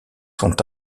sont